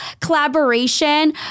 collaboration